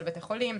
של בתי חולים,